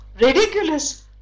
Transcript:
ridiculous